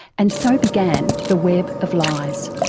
and so began the web of lies.